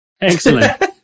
Excellent